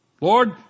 Lord